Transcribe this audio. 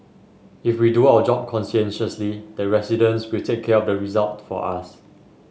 if we do our job conscientiously the residents will take care of the result for us